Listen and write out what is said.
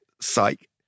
Psych